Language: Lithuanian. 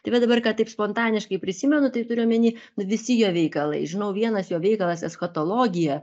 tai va dabar ką taip spontaniškai prisimenu tai turiu omeny nu visi jo veikalai žinau vienas jo veikalas eschatologija